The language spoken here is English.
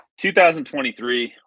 2023